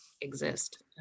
exist